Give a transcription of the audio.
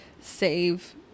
save